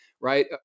right